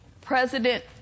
President